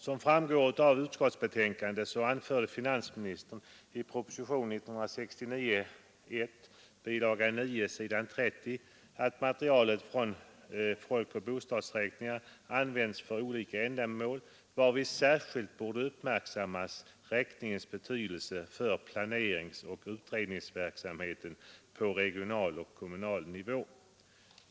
Som framgår av utskottsbetänkandet anförde finansministern på s. 30 i bilaga 9 till propositionen 1 år 1969 att materialet från folkoch bostadsräkningar används för olika ändamål, varvid särskilt borde uppmärksammas räkningens betydelse för planeringsoch utredningsverksamheten på regional och kommunal nivå.